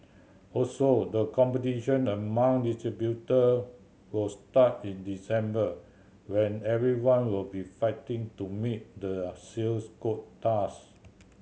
also the competition among distributor will start in December when everyone will be fighting to meet their sales quotas